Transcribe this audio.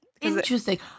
Interesting